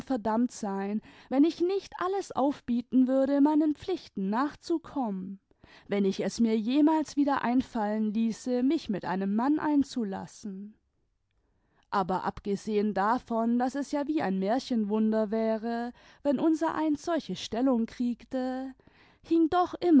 verdammt sein wenn ich nicht alles aufbieten würde meinen pflichten nachzukommen wenn ich es mir jemals wieder einfallen ließe mich mit einem mann einzulassen aber abgesehen davon daß es ja wie ein märchenwunder wäre wenn imsereins solche stellung kriegte hing doch